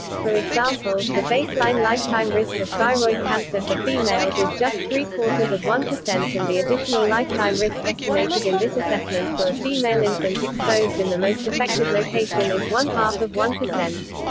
for example, the baseline lifetime risk of thyroid cancer for females is just three-quarters of one percent and the additional lifetime risk estimated in this assessment for a female infant exposed in the most affected location is one-half of one percent.